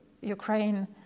Ukraine